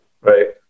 Right